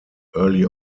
early